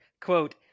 quote